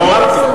אמרתי,